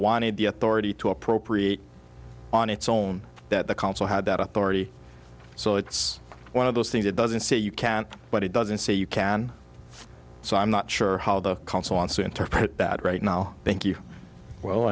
wanted the authority to appropriate on its own that the council had that authority so it's one of those things it doesn't say you can't but it doesn't say you can so i'm not sure how the council wants to interpret that right now thank you well